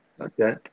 Okay